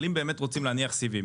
אבל אם באמת רוצים להניח סיבים,